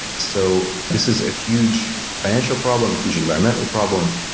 so this is a huge financial problem, a huge environmental problem.